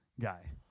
guy